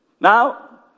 now